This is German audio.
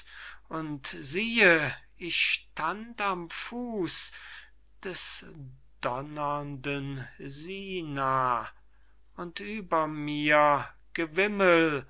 und siehe ich stand am fuß des donnernden sina und über mir gewimmel